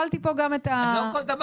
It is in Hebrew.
בסדר.